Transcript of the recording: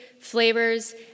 flavors